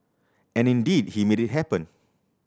and indeed he made it happen